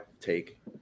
take